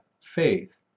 faith